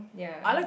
ya